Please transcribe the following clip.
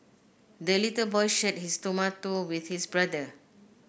the little boy shared his tomato with his brother